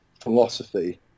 philosophy